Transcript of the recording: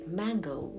mango